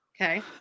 Okay